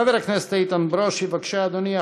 חבר הכנסת איתן ברושי, בבקשה, אדוני.